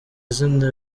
izina